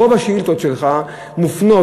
רוב השאילתות שלך מופנות,